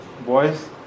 Boys